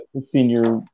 Senior